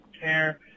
care